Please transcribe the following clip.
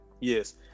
Yes